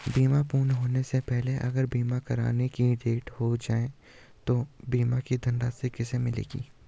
बीमा पूर्ण होने से पहले अगर बीमा करता की डेथ हो जाए तो बीमा की धनराशि किसे मिलेगी?